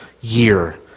year